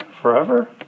forever